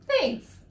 Thanks